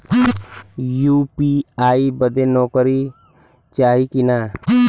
UPI बदे नौकरी चाही की ना?